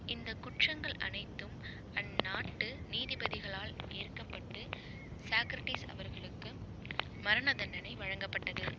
இந்த குற்றங்கள் அனைத்தும் அந்நாட்டு நீதிபதிகளால் ஏற்கப்பட்டு சாக்ரட்டிஸ் அவர்களுக்கு மரண தண்டனை வழங்கப்பட்டது